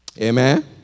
Amen